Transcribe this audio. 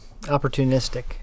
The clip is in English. Opportunistic